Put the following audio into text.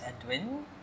Edwin